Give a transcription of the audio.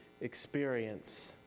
experience